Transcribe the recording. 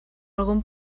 algun